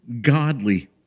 godly